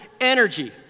energy